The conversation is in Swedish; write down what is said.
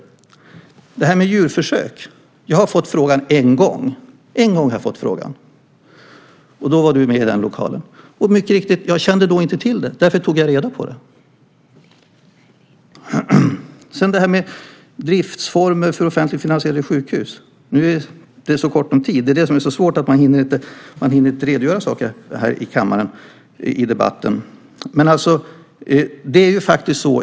När det gäller djurförsök har jag fått frågan en gång. Vid det tillfället var du med i lokalen. Jag kände då inte till det. Därför tog jag reda på det. Så var det frågan om driftsformer för offentligt finansierade sjukhus. Det är kort om tid, så jag hinner inte redogöra för det.